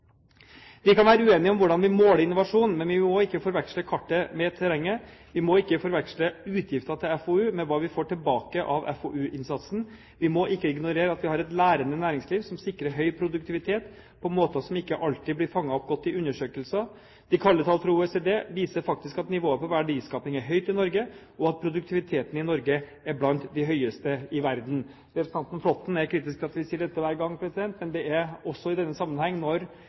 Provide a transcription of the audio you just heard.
Vi kan være uenige om hvordan vi måler innovasjon, men vi må ikke forveksle kartet med terrenget – vi må ikke forveksle utgifter til FoU med hva vi får tilbake av FoU-innsatsen. Vi må ikke ignorere at vi har et lærende næringsliv som sikrer høy produktivitet på måter som ikke alltid blir fanget godt opp i undersøkelser. De kalde tall fra OECD viser faktisk at nivået på verdiskaping er høyt i Norge, og at Norge er blant de land i verden med høyest produktivitet. Representanten Flåtten er kritisk til at vi sier dette hver gang, men det er – også i denne sammenheng – når